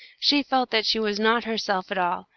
she felt that she was not herself at all,